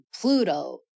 Pluto